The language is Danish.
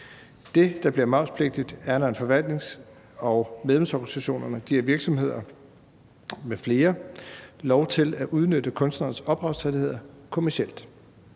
det, der bliver momspligtigt, er, når forvaltnings- og medlemsorganisationerne giver virksomheder m.fl. lov til at udnytte kunstneres ophavsrettigheder kommercielt.